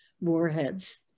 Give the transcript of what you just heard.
warheads